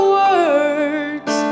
words